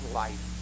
life